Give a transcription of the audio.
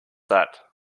that